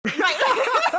Right